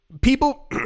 people